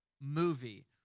movie